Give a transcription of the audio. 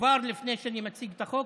כבר לפני שאני מציג את החוק,